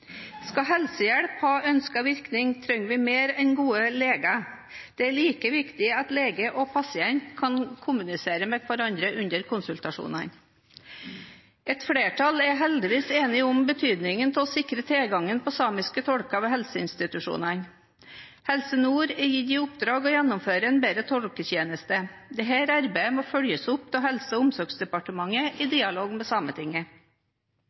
Skal helsehjelp ha ønsket virkning, trenger vi mer enn gode leger. Det er like viktig at lege og pasient kan kommunisere med hverandre under konsultasjonene. Et flertall er heldigvis enige om betydningen av å sikre tilgangen på samiske tolker ved helseinstitusjonene. Helse Nord er gitt i oppdrag å gjennomføre en bedre tolketjeneste. Dette arbeidet må følges opp av Helse- og omsorgsdepartementet i dialog med